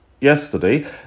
yesterday